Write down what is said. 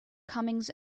comings